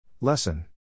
Lesson